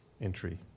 entry